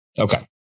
Okay